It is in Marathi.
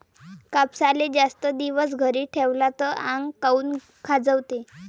कापसाले जास्त दिवस घरी ठेवला त आंग काऊन खाजवते?